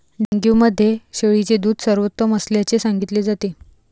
dengue मध्ये शेळीचे दूध सर्वोत्तम असल्याचे सांगितले जाते